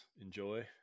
enjoy